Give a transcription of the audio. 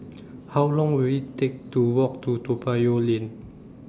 How Long Will IT Take to Walk to Toa Payoh Lane